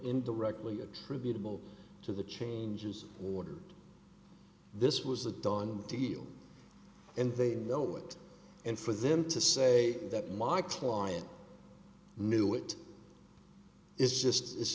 indirectly attributable to the changes ordered this was a done deal and they know it and for them to say that my client knew it it's just it's